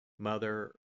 Mother